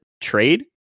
trade